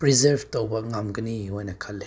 preserve ꯇꯧꯕ ꯉꯝꯒꯅꯤ ꯑꯣꯏꯅ ꯈꯜꯂꯦ